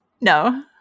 No